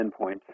endpoint